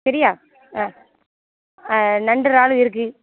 சரியா ஆ ஆ நண்டு இறால் இருக்குது